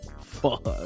Fuck